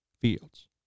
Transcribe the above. Fields